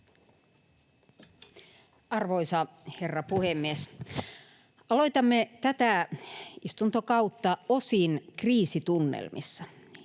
Arvoisa herra puhemies! Aloitamme tätä istuntokautta osin kriisitunnelmissa.